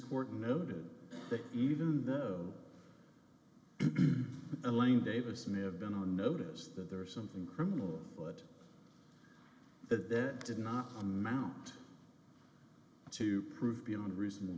court noted that even though the line davis may have been on notice that there is something criminal but that that did not amount to prove beyond reasonable